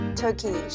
turkey